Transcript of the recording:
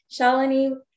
Shalini